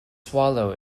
swallow